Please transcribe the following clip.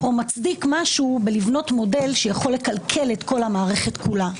או מצדיק משהו בבניית מודל שיכול לקלקל את כל המערכת כולה.